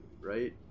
right